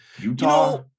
Utah